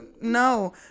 no